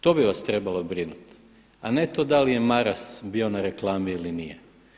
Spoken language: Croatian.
To bi vas trebalo brinuti, a ne to da li je Maras bio na reklami ili nije.